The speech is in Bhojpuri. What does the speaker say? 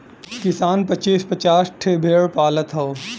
किसान पचीस पचास ठे भेड़ पालत हौ